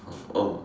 oh